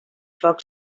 foc